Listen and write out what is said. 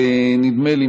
נדמה לי,